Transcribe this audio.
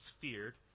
feared